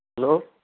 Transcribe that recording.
hello